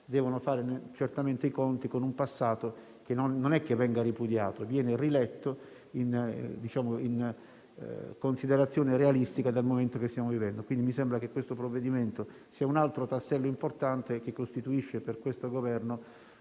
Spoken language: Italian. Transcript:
devono fare certamente i conti con un passato che non è che venga ripudiato, ma viene riletto in una considerazione realistica del momento che stiamo vivendo. Mi sembra quindi che questo provvedimento sia un altro tassello importante, che costituisce per questo Governo